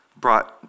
brought